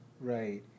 Right